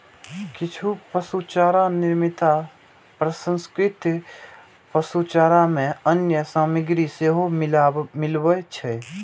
किछु पशुचारा निर्माता प्रसंस्कृत पशुचारा मे अन्य सामग्री सेहो मिलबै छै